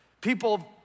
people